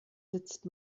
sitzt